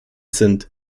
sind